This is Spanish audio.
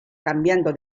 cambiando